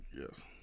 Yes